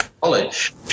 college